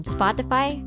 Spotify